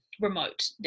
remote